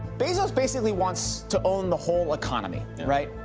bezos basically wants to own the whole economy, right?